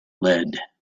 lead